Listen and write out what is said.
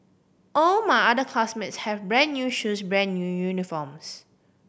all my other classmates have brand new shoes brand new uniforms